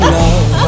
love